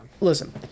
Listen